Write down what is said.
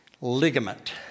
ligament